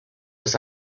was